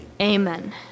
Amen